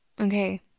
Okay